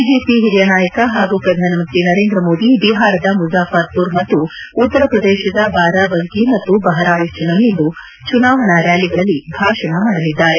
BJP ಹಿರಿಯ ನಾಯಕ ಹಾಗೂ ಪ್ರಧಾನಮಂತ್ರಿ ನರೇಂದ್ರ ಮೋದಿ ಬಿಹಾರದ ಮುಜಾಫರ್ಪುರ್ ಹಾಗೂ ಉತ್ತರಪ್ರದೇಶದ ಬಾರಾಬಂಕಿ ಮತ್ತು ಬಹರಾಯಚ್ನಲ್ಲಿಂದು ಚುನಾವಣಾ ರ್ಯಾಲಿಗಳಲ್ಲಿ ಭಾಷಣ ಮಾಡಲಿದ್ದಾರೆ